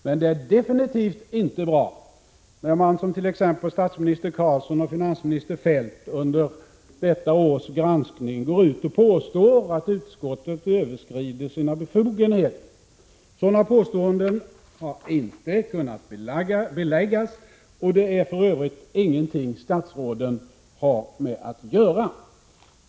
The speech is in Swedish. Men det är definitivt inte bra när man som t.ex. statsminister Carlsson och finansminister Feldt under detta års granskning går ut och påstår att utskottet överskrider sina befogenheter. Sådana påstående har inte kunnat beläggas, och det är för övrigt ingenting som statsråden har med att göra.